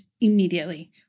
immediately